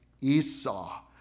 Esau